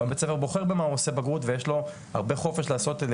גם בית הספר בוחר במה הוא עושה בגרות ויש לו הרבה חופש לייצר